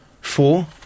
Four